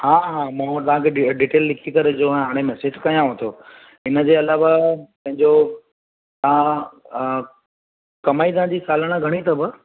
हा हा मूं वटि तव्हां खे डिटेल लिखी करे हाणे मेसेज कयांव थो इनजे अलावा पंहिंजो तव्हां कमाई तव्हां जी सालाना घणी अथव